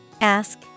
Ask